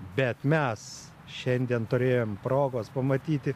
bet mes šiandien turėjom progos pamatyti